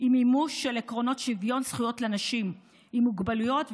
היא מימוש של עקרונות שוויון זכויות לאנשים עם מוגבלויות,